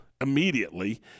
immediately